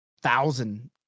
thousand